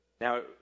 Now